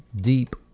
deep